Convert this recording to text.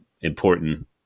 important